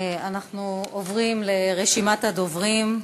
אנחנו עוברים לרשימת הדוברים.